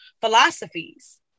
philosophies